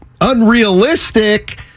unrealistic